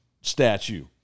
statue